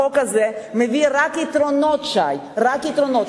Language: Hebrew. החוק הזה מביא רק יתרונות, שי, רק יתרונות.